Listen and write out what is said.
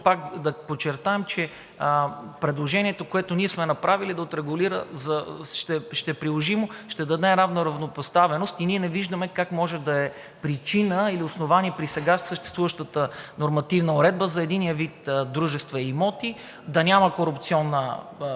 да подчертаем, че предложението, което сме направили, е да отрегулира – ще е приложимо и ще даде равнопоставеност. Не виждаме как може да е причина или основание при сега съществуващата нормативна уредба според Вас за единия вид дружества и имоти да няма корупционна заплаха,